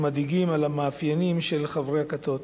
מדאיגים על המאפיינים של חברי הכתות.